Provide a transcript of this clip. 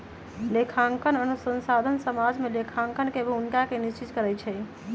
लेखांकन अनुसंधान समाज में लेखांकन के भूमिका के निश्चित करइ छै